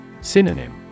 Synonym